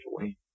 away